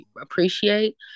appreciate